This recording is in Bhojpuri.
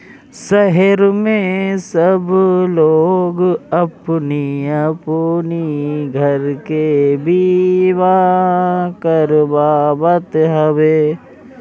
शहर में सब लोग अपनी अपनी घर के बीमा करावत हवे